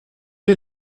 est